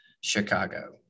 Chicago